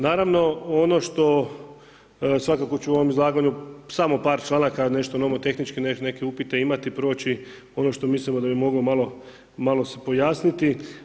Naravno ono što svakako ću u ovom izlaganju samo par članaka nešto nomotehnički neke upite imati, proći ono što mislimo da bi moglo malo se pojasniti.